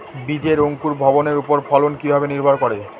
বীজের অঙ্কুর ভবনের ওপর ফলন কিভাবে নির্ভর করে?